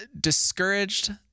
discouraged